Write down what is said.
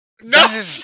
No